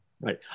Right